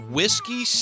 Whiskey